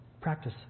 practice